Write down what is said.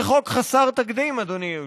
זה חוק חסר תקדים, אדוני היושב-ראש.